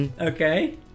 Okay